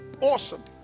awesome